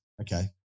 Okay